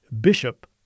bishop